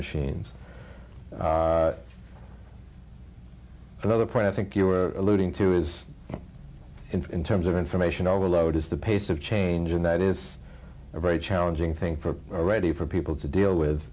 machines another point i think you were alluding to is in terms of information overload is the pace of change and that is a very challenging thing for ready for people to deal